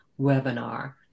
webinar